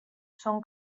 són